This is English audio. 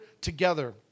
together